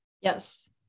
Yes